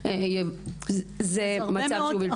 זה דבר אחד.